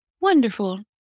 Wonderful